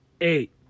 eight